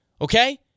Okay